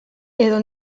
edo